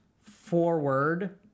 forward